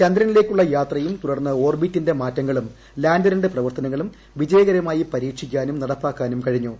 ചന്ദ്രനിലേക്കുള്ള യാത്രയും തുടർന്ന് ഓർബറ്റിന്റെ മാറ്റങ്ങളും ലാൻഡറിന്റെ പ്രവർത്തനങ്ങളും വിജയകരമായി പരീക്ഷിക്കാനും നടപ്പാക്കാനും കഴിഞ്ഞു